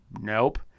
Nope